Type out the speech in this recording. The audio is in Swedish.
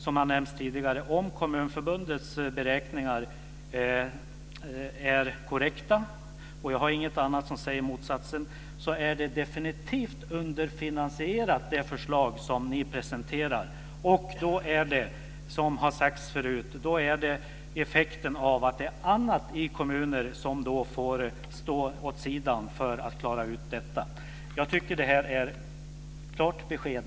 Som har sagts tidigare: Om Kommunförbundets beräkningar är korrekta - och det finns ingenting som pekar på motsatsen - är det förslag ni presenterar definitivt underfinansierat. Som har sagts förut blir effekten av det att det är annat i kommunerna som får stå åt sidan för att klara ut detta. Jag tycker att det här är ett klart besked.